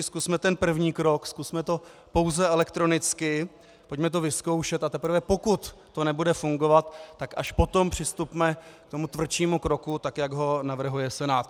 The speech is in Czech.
Zkusme ten první krok, zkusme to pouze elektronicky, pojďme to vyzkoušet, a teprve pokud to nebude fungovat, tak až potom přistupme k tomu tvrdšímu kroku, tak jak ho navrhuje Senát.